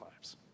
lives